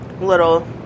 little